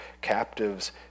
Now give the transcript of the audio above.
captives